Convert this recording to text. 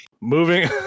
Moving